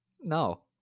No